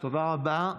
תודה רבה.